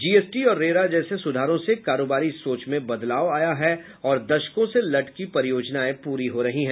GST और RERA जैसे सुधारों से कारोबारी सोच में बदलाव आया है और दशकों से लटकी परियोजनाएं प्री हो रही है